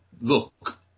look